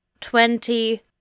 twenty